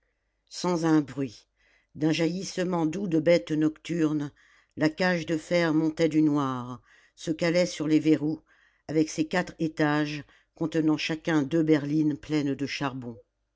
sans un bruit d'un jaillissement doux de bête nocturne la cage de fer montait du noir se calait sur les verrous avec ses quatre étages contenant chacun deux berlines pleines de charbon